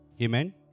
Amen